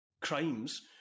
crimes